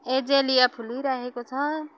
azalea फुलिरहेको छ